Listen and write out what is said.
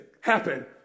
happen